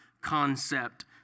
concept